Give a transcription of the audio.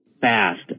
fast